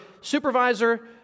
supervisor